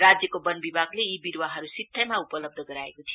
राज्यको वन विभागले यी विरूवाहरू सित्थैमा उपलब्ध गराएको थियो